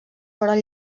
foren